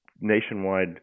nationwide